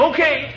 Okay